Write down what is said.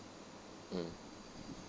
mm